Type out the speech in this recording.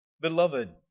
Beloved